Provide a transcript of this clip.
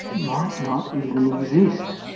might not even exist.